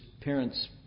parents